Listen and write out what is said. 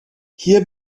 hier